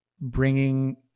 bringing